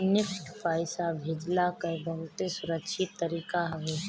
NEFT पईसा भेजला कअ बहुते सुरक्षित तरीका हवे